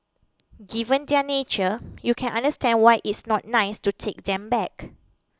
given their nature you can understand why it's not nice to take them back